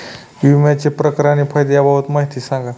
विम्याचे प्रकार आणि फायदे याबाबत माहिती सांगा